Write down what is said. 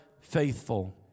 faithful